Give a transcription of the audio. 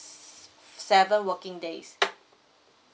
s~ seven working days